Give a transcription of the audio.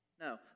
No